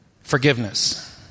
forgiveness